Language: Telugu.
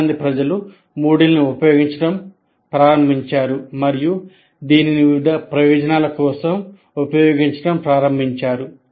చాలా మంది ప్రజలు MOODLE ను ఉపయోగించడం ప్రారంభించారు మరియు దీనిని వివిధ ప్రయోజనాల కోసం ఉపయోగించడం ప్రారంభించారు